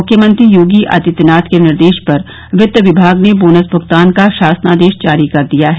मुख्यमंत्री योगी आदित्यनाथ के निर्देश पर वित्त विभाग ने बोनस भुगतान का शासनादेश जारी कर दिया है